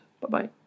Bye-bye